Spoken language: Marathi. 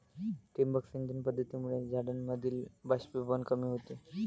ठिबक सिंचन पद्धतीमुळे झाडांमधील बाष्पीभवन कमी होते